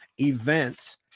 events